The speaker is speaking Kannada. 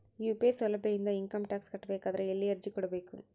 ಯು.ಪಿ.ಐ ಸೌಲಭ್ಯ ಇಂದ ಇಂಕಮ್ ಟಾಕ್ಸ್ ಕಟ್ಟಬೇಕಾದರ ಎಲ್ಲಿ ಅರ್ಜಿ ಕೊಡಬೇಕು?